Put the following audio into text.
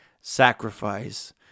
sacrifice